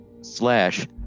slash